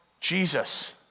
Jesus